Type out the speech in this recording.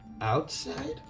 Outside